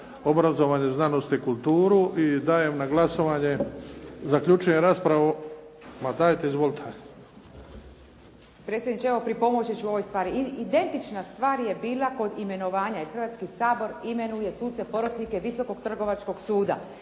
obrazovanje, znanost i kulturu. I dajem na glasovanje. Zaključujem raspravu. Ma dajte izvolite.